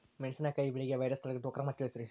ಮೆಣಸಿನಕಾಯಿ ಬೆಳೆಗೆ ವೈರಸ್ ತಡೆಗಟ್ಟುವ ಕ್ರಮ ತಿಳಸ್ರಿ